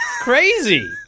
Crazy